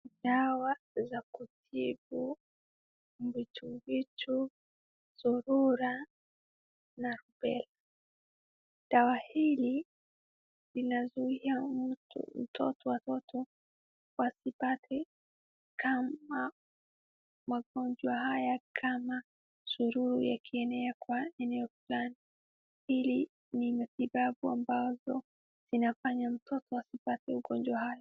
Dawa za kutibu timbwitimbwi, surua na rubela. Dawa hili inazuia mtoto watoto wasipate kama magonjwa haya kama surua yake yenyewe kwa eneo fulani. Hili ni matibabu ambazo zinafanya mtoto asipate ugonjwa hayo.